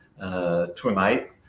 tonight